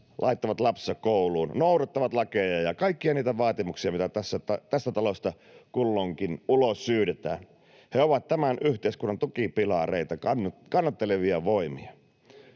laittavat lapsensa kouluun, noudattavat lakeja ja kaikkia niitä vaatimuksia, mitä tästä talosta kulloinkin ulos syydetään. He ovat tämän yhteiskunnan tukipilareita, kannattelevia voimia.